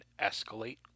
escalate